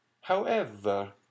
However